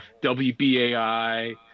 WBAI